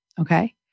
Okay